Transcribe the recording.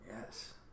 Yes